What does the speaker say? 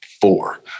four